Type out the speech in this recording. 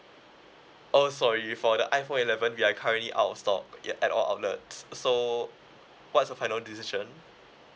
oh sorry for the iphone eleven we are currently out of stock at all outlets so what's your final decision